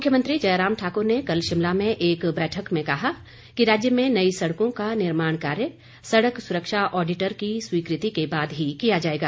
मुख्यमंत्री जयराम ठाक्र ने कल शिमला में एक बैठक में कहा कि राज्य में नई सड़कों का निर्माण कार्य सड़क सुरक्षा ऑडिटर की स्वीकृति के बाद ही किया जाएगा